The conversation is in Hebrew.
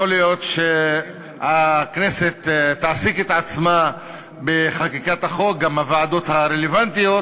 יכול להיות שהכנסת תעסיק את עצמה בחקיקת החוק גם בוועדות הרלוונטיות,